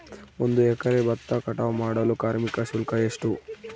ಒಂದು ಎಕರೆ ಭತ್ತ ಕಟಾವ್ ಮಾಡಲು ಕಾರ್ಮಿಕ ಶುಲ್ಕ ಎಷ್ಟು?